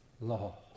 law